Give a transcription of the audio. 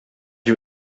you